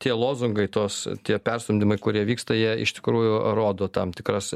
tie lozungai tos tie perstumdymai kurie vyksta jie iš tikrųjų rodo tam tikras